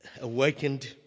awakened